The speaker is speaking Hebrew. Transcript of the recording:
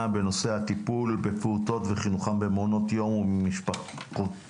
בנושא: הטיפול בפעוטות וחינוכם במעונות יום ובמשפחתונים.